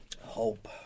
Hope